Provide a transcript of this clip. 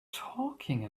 talking